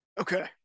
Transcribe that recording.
Okay